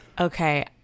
Okay